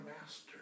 master